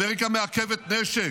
אמריקה מעכבת נשק,